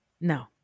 No